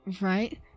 Right